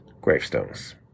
gravestones